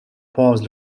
pause